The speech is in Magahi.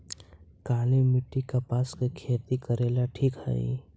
काली मिट्टी, कपास के खेती करेला ठिक हइ?